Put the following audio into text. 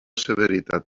severitat